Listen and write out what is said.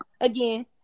again